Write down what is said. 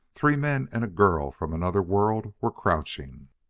three men and a girl from another world were crouching.